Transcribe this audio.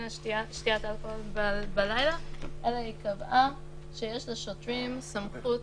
שתיית אלכוהול בלילה אלא היא קבעה שיש לשוטרים סמכות